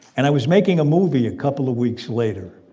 and i was making a movie a couple of weeks later,